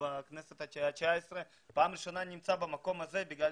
בכנסת ה-19 - ופעם ראשונה אני נמצא במקום הזה מאחר